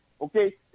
okay